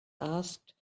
asked